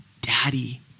daddy